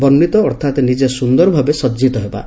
ବର୍ଷିତ ଅର୍ଥାତ୍ ନିଜେ ସୁନ୍ଦର ଭାବେ ସଜିତ ହେବା